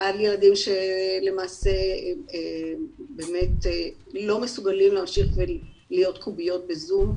על ילדים שלמעשה באמת לא מסוגלים להמשיך ולהיות קוביות בזום,